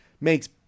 makes